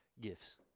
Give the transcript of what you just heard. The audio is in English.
gifts